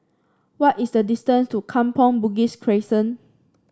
what is the distance to Kampong Bugis Crescent